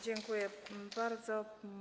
Dziękuję bardzo.